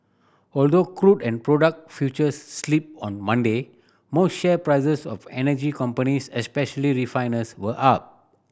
although crude and product futures slipped on Monday most share prices of energy companies especially refiners were up